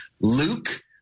Luke